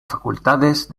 facultades